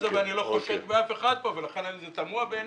ואיני חושד באף אחד ולכן זה תמוה בעיני.